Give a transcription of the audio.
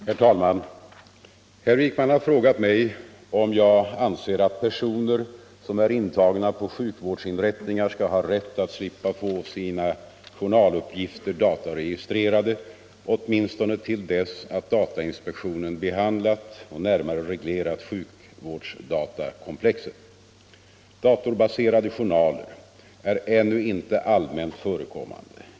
Herr talman! Herr Wijkman har frågat mig om jag anser att personer som är intagna på sjukvårdsinrättningar skall ha rätt att slippa få sina journaluppgifter dataregistrerade, åtminstone till dess att datainspektionen behandlat och närmare reglerat sjukvårdsdatakomplexet. Datorbaserade journaler är ännu inte allmänt förekommande.